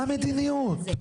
מה המדיניות?